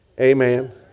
Amen